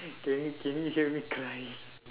can you can you hear me crying